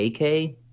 AK